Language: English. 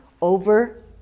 over